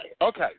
Okay